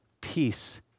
Peace